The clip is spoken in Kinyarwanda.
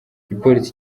igipolisi